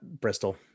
bristol